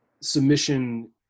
submission